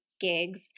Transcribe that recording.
gigs